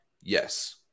yes